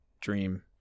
Dream